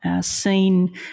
Seen